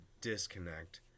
disconnect